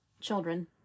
children